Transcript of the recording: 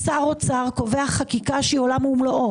שר אוצר קובע חקיקה שהיא עולם ומלואו.